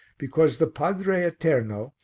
because the padre eterno,